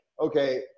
okay